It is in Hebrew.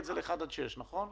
אין שום צורך לחשב ירידה במחזורים.